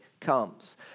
comes